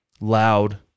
loud